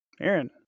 Aaron